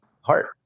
heart